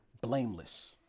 blameless